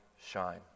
shine